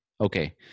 Okay